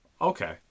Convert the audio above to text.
Okay